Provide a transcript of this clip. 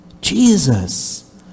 Jesus